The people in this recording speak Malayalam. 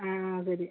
ആ അതെ ഒര്